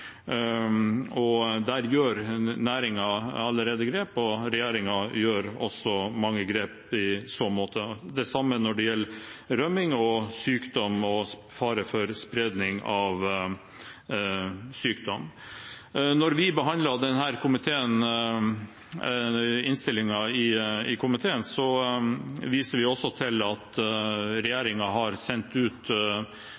og der tar næringen allerede grep. Regjeringen tar også mange grep i så måte. Det samme gjelder rømming, sykdom og fare for spredning av sykdom. Da vi behandlet denne innstillingen i komiteen, viste vi også til at regjeringen hadde sendt ut